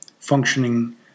functioning